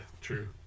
true